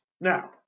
Now